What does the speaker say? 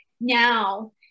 Now